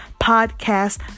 podcast